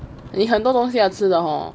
你很多东西要吃的 hor